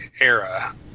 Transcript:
era